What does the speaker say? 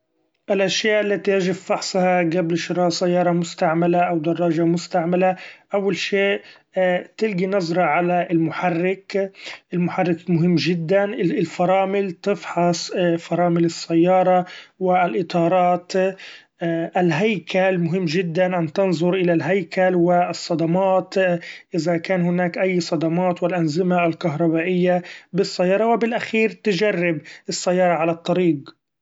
الأشياء التي يجب فحصها قبل شراء سيارة مستعملة أو دراجة مستعملة أول شيء تلقي نظرة علي المحرك ، المحرك مهم جدا الفرامل تفحص فرامل السيارة و الاطارات ، الهيكل مهم جدا أن تنظر إلي الهيكل و الصدمات إذا كان هناك اي صدمات و الأنظمة الكهربائية بالسيارة و بالأخير تجرب السيارة علي الطريق.